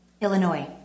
Illinois